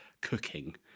cooking